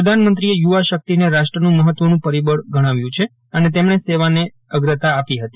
પ્રધાનમંત્રીએ યુવા શક્તિને રાષ્ટ્રનું મહત્વનું પરિબળ ગજ્ઞાવ્યું છે અને તેમજ્ઞે સેવાને અગ્રતા આપી હતી